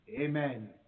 Amen